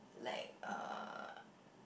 like uh